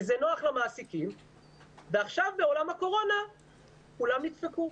כי זה נוח למעסיקים ועכשיו בעולם הקורונה כולם נדפקו.